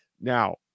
Now